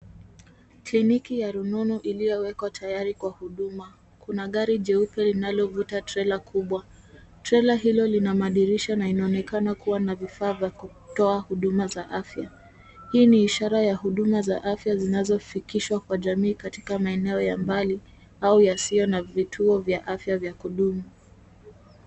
Kliniki ya rununu iliyowekwa tayari kwa huduma kuna gari jeupe linalovuta trela kubwa trela hilo lina madirisha na inaonekana kuwa na vifaa vya kutoa huduma za afya, hii ni ishara ya huduma za afya zinazofikishwa kwa jamii katika maeneo ya mbali au yasiyo na vituo vya afya vya kudumu.